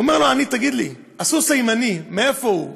אומר לו העני: תגיד לי, הסוס הימני, מאיפה הוא?